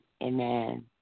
Amen